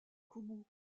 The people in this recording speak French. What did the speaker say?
koumou